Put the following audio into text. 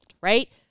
right